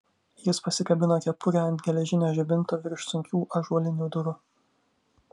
jis pasikabino kepurę ant geležinio žibinto virš sunkių ąžuolinių durų